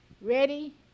ready